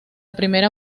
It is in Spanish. primera